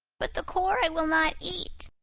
but the core i will not eat!